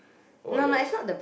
all are yours